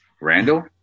Randall